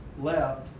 left